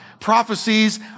Prophecies